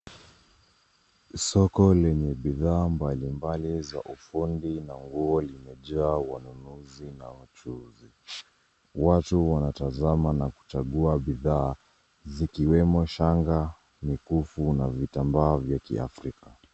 Soko lenye bidhaa mbali mbali za ufundi na nguo limejaa wanununuzi na wachuuzi. Watu wanatazama na kuchagua bidhaa zikiwemo: shang'a, mikufu na vitamba vya Kiafrika.